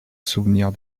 souvenirs